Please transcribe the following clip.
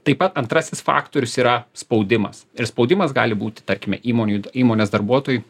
taip pat antrasis faktorius yra spaudimas ir spaudimas gali būti tarkime įmonių įmonės darbuotojui